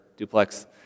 duplex